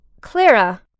Clara